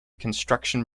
construction